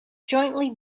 jointly